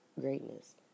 greatness